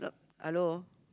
hello